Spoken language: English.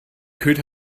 could